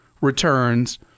returns